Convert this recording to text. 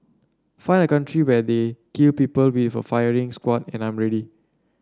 find a country where they kill people with a firing squad and I'm ready